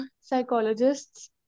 psychologists